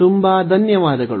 ತುಂಬ ಧನ್ಯವಾದಗಳು